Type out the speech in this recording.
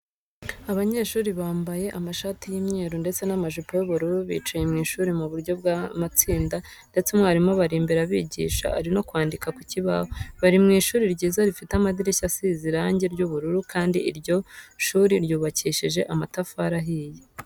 Abanyeshuri bamabye amashati y'imyeru ndetse n'amajipo y'ubururu bicayr mu ishuri mu buryo bw'amatsinda ndetse umwarimu abari ambere abigisha ari no kwandika ku kibaho. Bari mu ishuri ryiza rifite amadirishya asize iange ry'ubururu kandi iryo shuri ryubakishije amatafari ahiye.